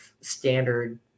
standard